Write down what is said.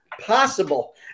possible